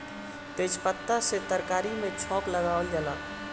तेजपात से तरकारी में छौंका लगावल जाला